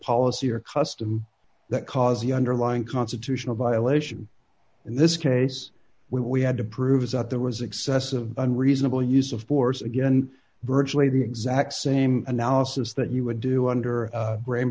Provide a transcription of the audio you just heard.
policy or custom that caused the underlying constitutional violation in this case we had to prove is that there was excessive unreasonable use of force again virtually the exact same analysis that you would do under